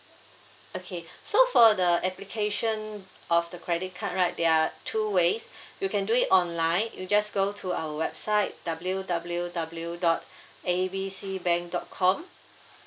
okay so for the application of the credit card right they are two ways you can do it online you just go to our website W W W dot A B C bank dot com